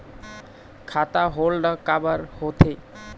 खाता होल्ड काबर होथे?